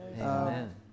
Amen